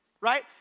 right